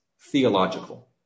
theological